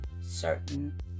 certain